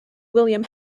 william